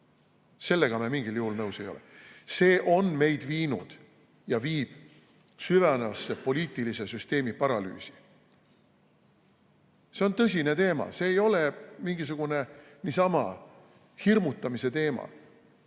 Sellega me mingil juhul nõus ei ole. See on meid viinud ja viib üha süvenevasse poliitilise süsteemi paralüüsi. See on tõsine teema, see ei ole mingisugune niisama hirmutamise teema.